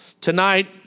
Tonight